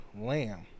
lamb